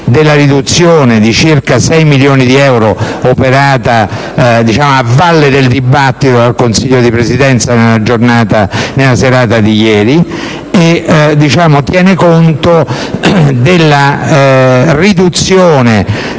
della riduzione di circa 6 milioni di euro, operata a valle del dibattito dal Consiglio di Presidenza nella serata di ieri, e della auspicata riduzione